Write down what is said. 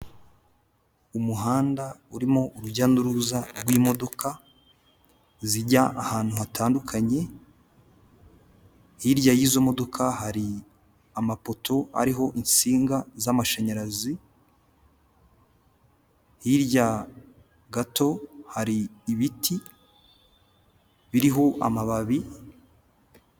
Umuhanda urimo urujya n'uruza rw'imodoka zijya ahantu hatandukanye, hirya y'izo modoka hari amapoto ariho insinga z'amashanyarazi, hirya gato hari ibiti biriho amababi.